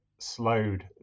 slowed